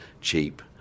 cheap